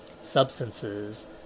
substances